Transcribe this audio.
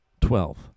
Twelve